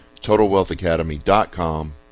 TotalWealthAcademy.com